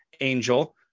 Angel